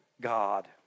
God